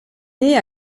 née